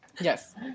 Yes